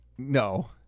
No